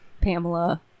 Pamela